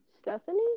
Stephanie